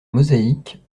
mosaïque